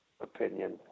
opinion